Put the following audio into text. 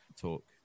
talk